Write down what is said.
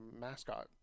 mascot